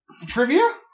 trivia